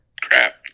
crap